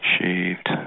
shaved